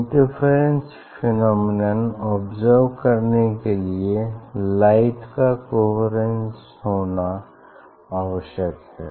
interference phenomenon observe करने के लिए लाइट का कोहेरेन्स आवश्यक है